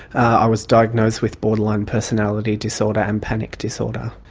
i was diagnosed with borderline personality disorder and panic disorder.